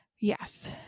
yes